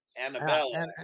Annabella